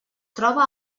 troba